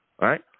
right